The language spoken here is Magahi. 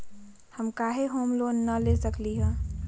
हम काहे होम लोन न ले सकली ह?